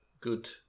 good